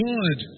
God